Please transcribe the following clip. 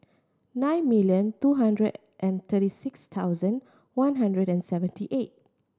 nine million two hundred and thirty six thousand one hundred and seventy eight